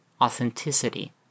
authenticity